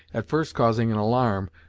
at first causing an alarm,